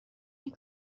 این